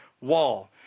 wall